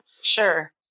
Sure